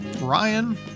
Ryan